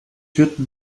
führten